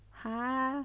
!huh!